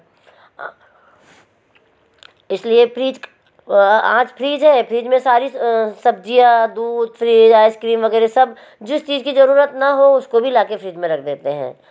इसलिए फ्रीज आंज फ्रीज है फ्रीज में सारी सब्ज़ियाँ दूध आइस क्रीम वगैरह सब जिस चीज़ की ज़रूरत ना हो उसको भी लाकर फीज में रख देते हैं